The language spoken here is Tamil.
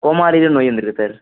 கோமாரிங்கிற நோய் வந்திருக்கு சார்